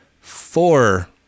four